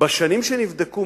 בשנים שנבדקו,